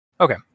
Okay